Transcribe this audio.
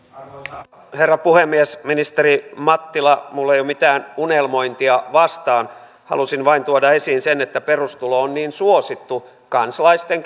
arvoisa herra puhemies ministeri mattila minulla ei ole mitään unelmointia vastaan halusin vain tuoda esiin sen että perustulo on niin suosittu kansalaisten